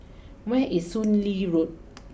where is Soon Lee Road